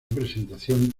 presentación